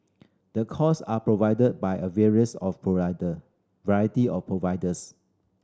the course are provided by a various of provider variety of providers